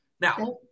now